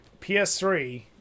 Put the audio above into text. PS3